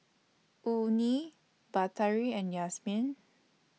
Murni Batari and Yasmin